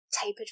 tapered